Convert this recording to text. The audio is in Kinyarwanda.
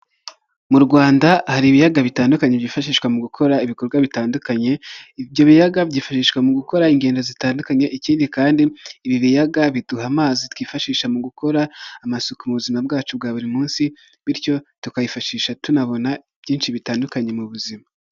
Mu Rwanda hari ibiyaga bitandukanye byifashishwa mu gukora ibikorwa bitandukanye, ibyo biyaga byifashishwa mu gukora ingendo zitandukanye ikindi kandi ibi biyaga biduha amazi twifashisha mu gukora amasuku mu buzima bwacu bwa buri munsi bityo tukayifashisha tunabona byinshi bitandukanye mu buzima.